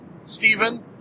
Stephen